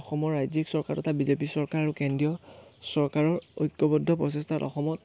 অসমৰ ৰাজ্যিক চৰকাৰ এটা বিজেপি চৰকাৰ আৰু কেন্দ্ৰীয় চৰকাৰৰ ঐক্যবদ্ধ প্ৰচেষ্টাত অসমত